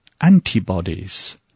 antibodies